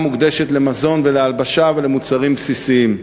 מוקדשת למזון ולהלבשה ולמוצרים בסיסיים.